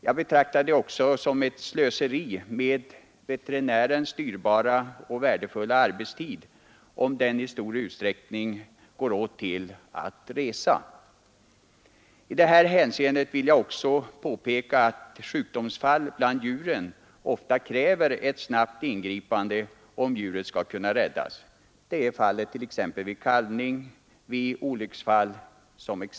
Jag betraktar det också som ett slöseri med veterinärens dyrbara och värdefulla arbetstid om den i stor utsträckning går åt till att resa. I detta sammanhang vill jag också påpeka att sjukdomsfall bland djuren ofta kräver ett snabbt ingripande, om djuret skall kunna räddas. Detta är fallet t.ex. vid kalvning och vid olycksfall.